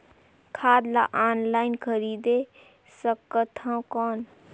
खाद ला ऑनलाइन खरीदे सकथव कौन?